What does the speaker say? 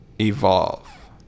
evolve